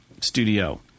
studio